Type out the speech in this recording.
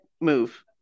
move